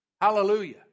Hallelujah